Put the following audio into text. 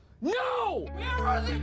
No